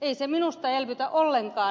ei se minusta elvytä ollenkaan